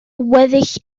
weddill